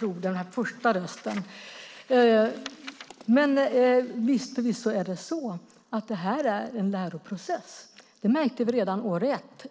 höra den första rösten. Visst är det här en läroprocess. Det märkte vi redan år ett.